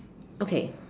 okay